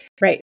Right